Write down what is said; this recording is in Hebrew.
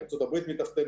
ארצות הברית מתחתינו,